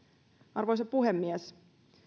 arvoisa puhemies